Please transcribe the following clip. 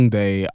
day